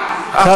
הייתה,